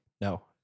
no